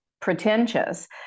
pretentious